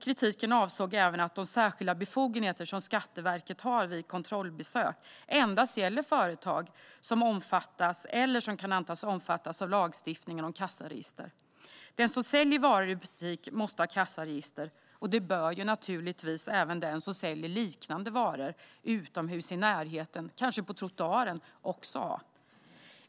Kritiken avsåg även att de särskilda befogenheter som Skatteverket har vid kontrollbesök endast gäller företag som omfattas eller som kan antas omfattas av lagstiftningen om kassaregister. Den som säljer varor i butik måste ha kassaregister, och det bör naturligtvis även den som säljer liknande varor utomhus i närheten, kanske på trottoaren, också ha.